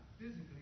physically